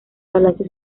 palacio